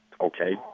Okay